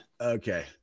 Okay